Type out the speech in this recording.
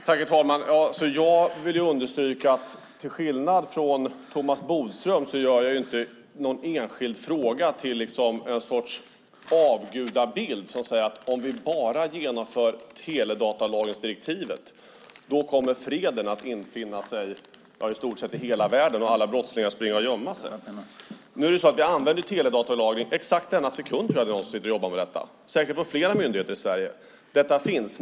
Herr talman! Jag vill understryka att jag, till skillnad från Thomas Bodström, inte gör en enskild fråga till en sorts avgudabild som säger: Bara vi genomför teledatalagringsdirektivet kommer freden att infinna sig i stort sett i hela världen och alla brottslingar att springa och gömma sig. Det är faktiskt så att teledatalagring redan används. Exakt nu, denna sekund, tror jag att det finns de som sitter och jobbar med detta och säkert på flera myndigheter i Sverige, så detta finns.